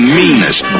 meanest